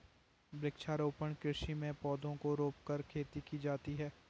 वृक्षारोपण कृषि में पौधों को रोंपकर खेती की जाती है